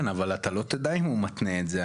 כן, אבל אתה לא תדע אם הוא מתנה את זה.